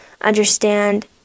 understand